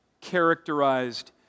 characterized